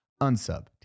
unsub